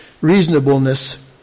reasonableness